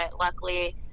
luckily